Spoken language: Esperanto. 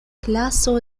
klaso